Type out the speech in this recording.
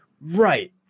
Right